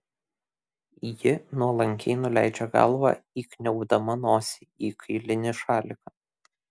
ji nuolankiai nuleidžia galvą įkniaubdama nosį į kailinį šaliką